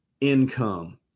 income